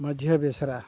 ᱢᱟᱹᱡᱷᱟᱹ ᱵᱮᱥᱨᱟ